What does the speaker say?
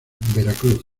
veracruz